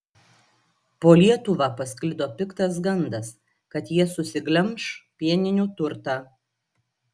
po lietuvą pasklido piktas gandas kad jie susiglemš pieninių turtą